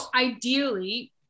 ideally